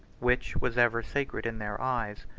which was ever sacred in their eyes.